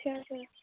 ঠিক আছে